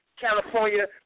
California